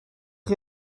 chi